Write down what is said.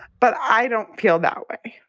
but i don't feel that way.